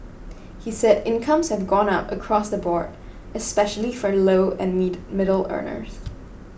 he said incomes have gone up across the board especially for low and middle earners